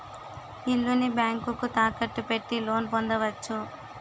ఇల్లుని బ్యాంకుకు తాకట్టు పెట్టి లోన్ పొందవచ్చు